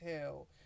hell